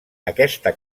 aquesta